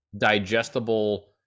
digestible